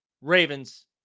Ravens